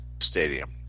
Stadium